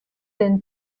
been